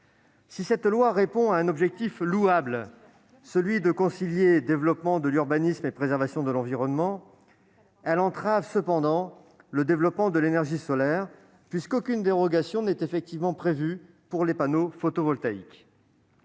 Si cette loi répond à un objectif louable, celui de concilier développement de l'urbanisme et préservation de l'environnement, elle entrave cependant le développement de l'énergie solaire, puisqu'aucune dérogation n'est effectivement prévue pour les panneaux photovoltaïques.